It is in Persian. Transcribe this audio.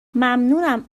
ممنونم